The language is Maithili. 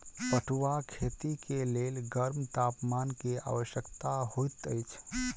पटुआक खेती के लेल गर्म तापमान के आवश्यकता होइत अछि